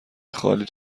خالیت